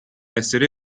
essere